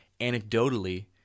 anecdotally